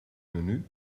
menu